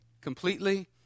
completely